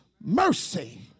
mercy